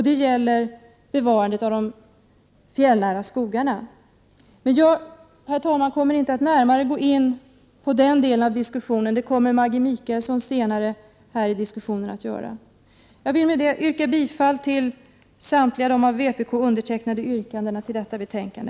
Det gäller bevarandet av de fjällnära skogarna. Jag kommer inte, herr talman, att närmare gå in på denna fråga, eftersom Maggi Mikaelsson senare kommer att göra det. Med detta yrkar jag bifall till samtliga av vpk undertecknade yrkanden i detta betänkande.